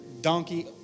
donkey